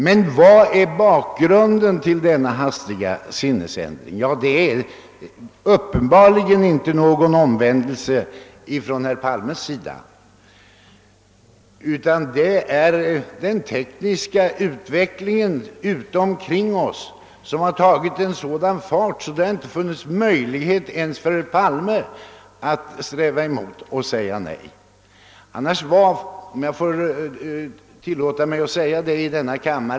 Men vad är bakgrunden till denna hastiga sinnesändring? Uppenbarligen är det inte fråga om någon omvändelse från herr Palmes sida, utan det är den tekniska utvecklingen i världen omkring oss som tagit en sådan fart att det inte funnits möjlighet ens för herr Palme att sträva mot och säga nej.